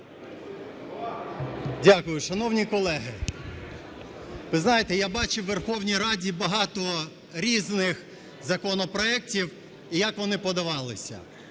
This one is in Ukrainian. Дякую. Шановні колеги, ви знаєте, я бачив у Верховній Раді багато різних законопроектів і як вони подавалися,